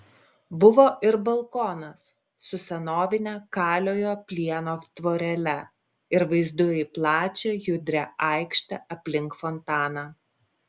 buvo ir balkonas su senovine kaliojo plieno tvorele ir vaizdu į plačią judrią aikštę aplink fontaną